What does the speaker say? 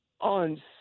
on